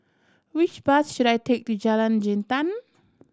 which bus should I take to Jalan Jintan